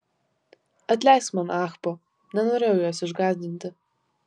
atleisk man ahpo nenorėjau jos išgąsdinti